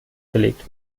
belegt